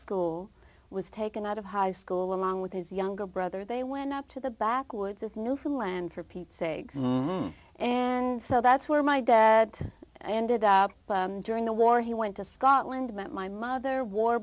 school was taken out of high school along with his younger brother they went up to the backwoods as new finland for pete's sake and so that's where my dad i ended up during the war he went to scotland met my mother w